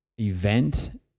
event